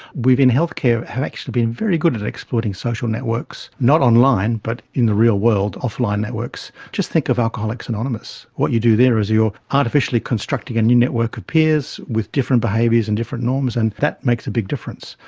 we've have actually been very good at exploiting social networks, not online but in the real world, off-line networks. just think of alcoholics anonymous what you do there is you are artificially constructing a new network of peers with different behaviours and different norms, and that makes a big difference.